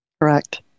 Correct